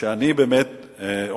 כשאני אומר ומסכם,